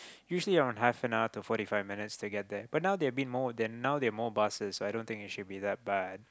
usually around half an hour to forty five minutes to get there but now there be more than now more buses i don't think it should be that bad